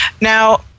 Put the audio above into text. Now